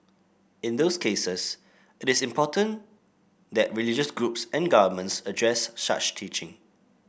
in those cases it is important that religious groups and governments address such teaching